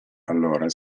allora